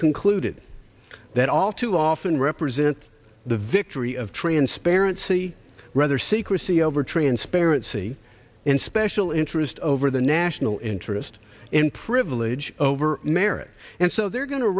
concluded that all too often represent the victory of transparency rather secrecy over transparency and special interest over the national interest in privilege over merit and so they're go